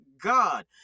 God